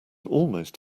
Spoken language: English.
almost